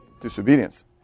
Disobedience